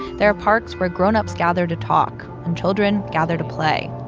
there are parks where grown-ups gather to talk and children gather to play.